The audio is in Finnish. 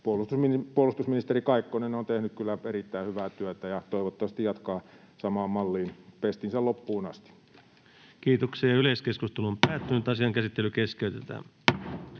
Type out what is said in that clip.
puolustusministeri Kaikkonen on tehnyt kyllä erittäin hyvää työtä, ja toivottavasti jatkaa samaan malliin pestinsä loppuun asti. Esitellään liikenne- ja viestintäministeriön